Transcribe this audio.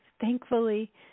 Thankfully